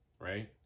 right